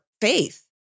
faith